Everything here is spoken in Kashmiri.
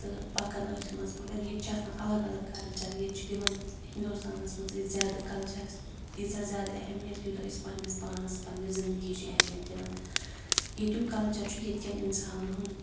تہٕ پَکان أتھۍ منٛز مگر ییٚتہِ چھِ آسان الگ الگ کَلچَر ییٚتہِ چھِ دِوان ہِندُستانَس منٛز أسۍ زیادٕ کَلچَرَس ییٖژاہ زیادٕ اہمیت یوٗتاہ أسۍ پنٛنِس پانَس پنٛنہِ زندگی چھِ اہمیت دِوان ییٚتیُک کَلچَر چھُ ییٚتہِ کٮ۪ن اِنسانَن ہُنٛد